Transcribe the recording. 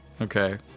Okay